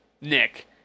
Nick